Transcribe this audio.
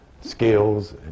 skills